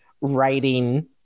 writing